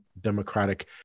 democratic